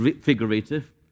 figurative